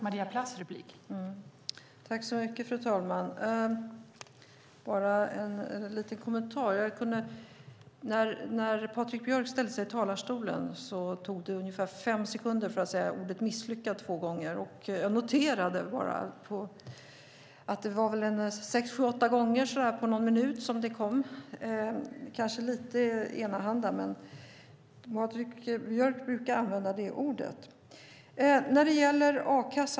Fru talman! Jag har bara en liten kommentar. När Patrik Björck ställde sig i talarstolen tog det ungefär fem sekunder innan han sade ordet misslyckad två gånger. Jag noterade bara att det kom sex sju åtta gånger på någon minut. Kanske lite enahanda, men Patrik Björck brukar använda det ordet.